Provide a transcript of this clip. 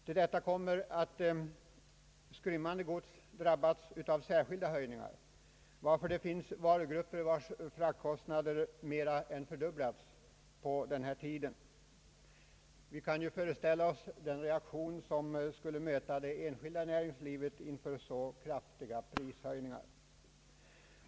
Till detta kommer att skrymmande gods drabbats av särskilda höjningar, varför det nu finns varugrupper vilkas fraktkostnader mer än fördubblats under denna tid. Vi kan ju föreställa oss den reak tion som skulle möta det enskilda näringslivet om man där genomförde liknande kraftiga prishöjningar.